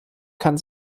kann